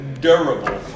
durable